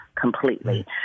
completely